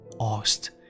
asked